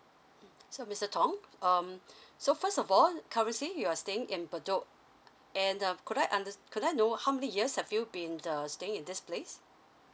mm so mister tong um so first of all currently you are staying n bedok and uh could I unders~ could I know how many years have you been uh staying in this place